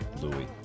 Louis